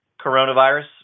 coronavirus